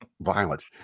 violent